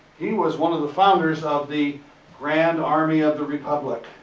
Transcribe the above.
he was one of the founders of the grand army of republic.